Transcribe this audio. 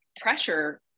pressure